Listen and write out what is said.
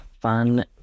Fun